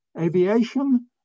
Aviation